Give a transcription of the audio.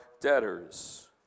debtors